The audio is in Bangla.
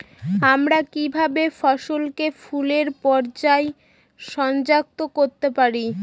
আমরা কিভাবে ফসলে ফুলের পর্যায় সনাক্ত করতে পারি?